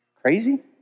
crazy